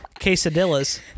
Quesadillas